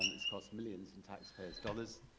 and it's cost millions in taxpayer's dollars,